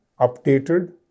updated